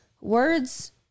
words